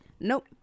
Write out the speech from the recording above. Nope